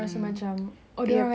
or dia orang ada ni saya tak ada